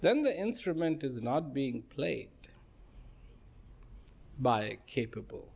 then the instrument is not being played by a capable